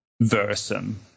version